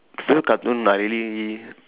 favourite cartoon I really